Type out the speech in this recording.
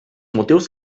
motius